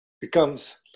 becomes